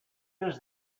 does